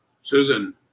Susan